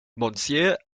monsieur